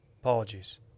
Apologies